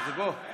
מאי